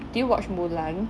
did you watch mulan